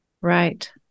Right